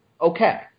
Okay